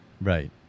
Right